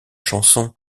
chanson